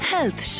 Health